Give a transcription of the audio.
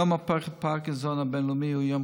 יום הפרקינסון הבין-לאומי הוא יום